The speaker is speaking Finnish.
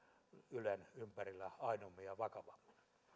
ylen ympärillä aidommin ja vakavammin